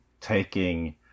taking